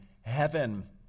Heaven